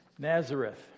Nazareth